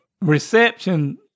reception